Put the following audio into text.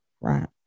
Right